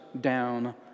down